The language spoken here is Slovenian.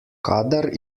kadar